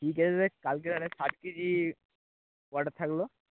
ঠিক আছে তাহলে কালকে তাহলে ষাট কেজি অর্ডার থাকল